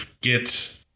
get